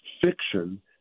fiction